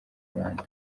rwanda